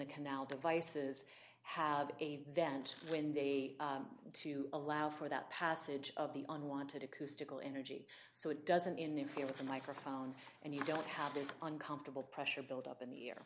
the canal devices have a vent when they to allow for that passage of the unwanted acoustical energy so it doesn't interfere with the microphone and you don't have this uncomfortable pressure build up in the